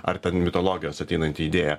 ar ten mitologijos ateinanti idėja